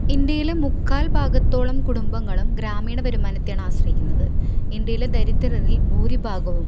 ഇന്ത്യയിലെ മുക്കാൽ ഭാഗത്തോളം കുടുംബംങ്ങളും ഗ്രാമീണ വരുമാനത്തെയാണ് ആശ്രയിക്കുന്നത് ഇന്ത്യയിലെ ദരിദ്രരരിൽ ഭൂരിഭാഗവും